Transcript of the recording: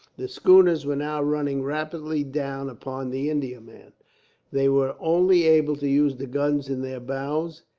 the schooners were now running rapidly down upon the indiaman. they were only able to use the guns in their bows,